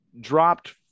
dropped